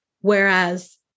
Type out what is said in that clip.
Whereas